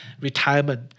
retirement